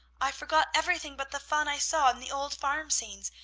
i forgot everything but the fun i saw in the old farm-scenes,